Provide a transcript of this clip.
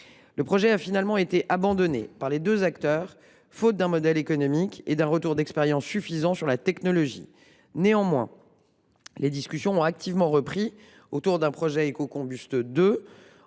Le projet a finalement été abandonné par les deux acteurs, faute d’un modèle économique satisfaisant et d’un retour d’expérience suffisant sur la technologie envisagée. Les discussions ont néanmoins repris autour d’un projet Ecocombust 2